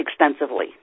extensively